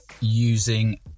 Using